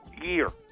year